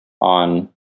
on